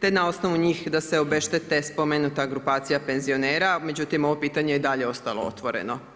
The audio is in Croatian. te na osnovu njih da se obeštete spomenuta grupacija penzionera, međutim ovo pitanje je i dalje ostalo otvoreno.